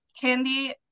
candy